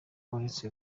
uretse